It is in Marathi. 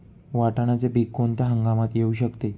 वाटाण्याचे पीक कोणत्या हंगामात येऊ शकते?